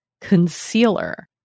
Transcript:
Concealer